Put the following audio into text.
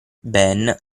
ben